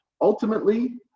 Ultimately